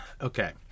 Okay